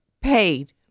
paid